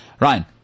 Ryan